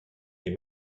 les